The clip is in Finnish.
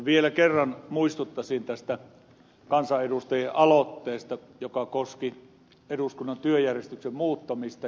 vielä kerran muistuttaisin tästä kansanedustajien aloitteesta joka koski eduskunnan työjärjestyksen muuttamista